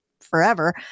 forever